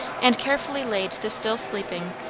and carefully laid the still sleeping,